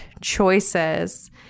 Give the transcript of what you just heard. choices